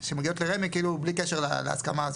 כאילו בלי קשר להסכמה.